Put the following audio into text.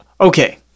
Okay